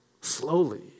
slowly